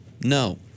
No